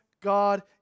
God